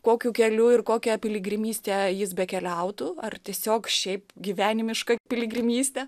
kokiu keliu ir kokią piligrimystę jis bekeliautų ar tiesiog šiaip gyvenimišką piligrimystę